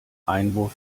einwurf